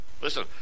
listen